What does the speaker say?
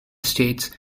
states